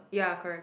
ya correct